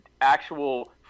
actual